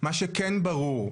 מה שכן ברור,